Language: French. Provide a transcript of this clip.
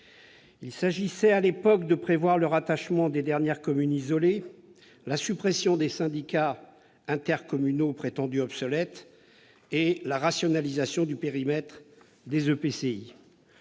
Il s'agissait, à l'époque, de prévoir le rattachement à une intercommunalité des dernières communes isolées, la suppression des syndicats intercommunaux prétendument obsolètes et la rationalisation du périmètre des EPCI.